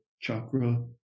chakra